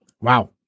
Wow